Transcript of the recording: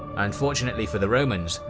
unfortunately for the romans,